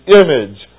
image